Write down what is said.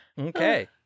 Okay